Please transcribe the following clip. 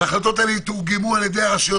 ושההחלטות האלה יתורגמו על ידי הרשויות